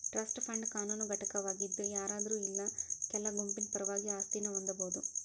trust fund ಕಾನೂನು ಘಟಕವಾಗಿದ್ ಯಾರಾದ್ರು ಇಲ್ಲಾ ಕೆಲ ಗುಂಪಿನ ಪರವಾಗಿ ಆಸ್ತಿನ ಹೊಂದಬೋದು